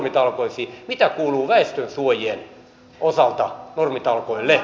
mitä kuuluu väestönsuojien osalta normitalkoille